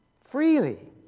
Freely